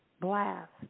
blast